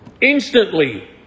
Instantly